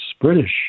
British